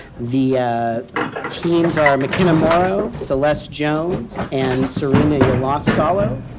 the teams are mckenna morrow, celeste jones, and serena yolastalo.